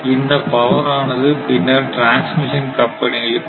இந்த பவர் ஆனது பின்னர் டிரான்ஸ்மிஷன் கம்பெனிகளுக்கு வரும்